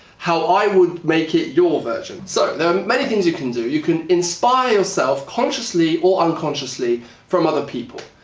how i woud make it your version. so there are many things you can do, you can inspire yourself consciously or unconsciously from other people.